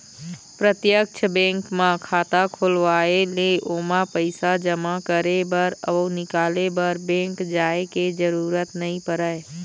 प्रत्यक्छ बेंक म खाता खोलवाए ले ओमा पइसा जमा करे बर अउ निकाले बर बेंक जाय के जरूरत नइ परय